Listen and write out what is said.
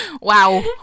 Wow